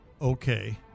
Okay